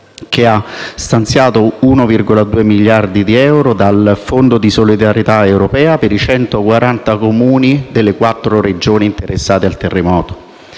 che ha stanziato 1,2 miliardi di euro dal Fondo di solidarietà europea per i 140 Comuni delle quattro Regioni interessate dal terremoto.